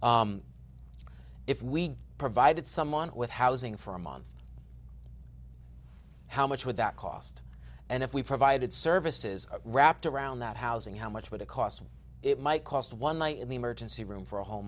if we provided someone with housing for a month how much would that cost and if we provided services wrapped around that housing how much would it cost it might cost one night in the emergency room for a whole